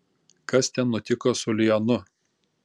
kas ten nutiko su lionu